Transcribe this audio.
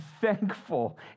thankful